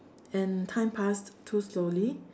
and time passed too slowly